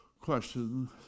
question's